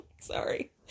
Sorry